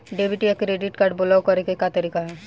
Debit या credit card block करे के का तरीका ह?